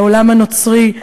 העולם הנוצרי,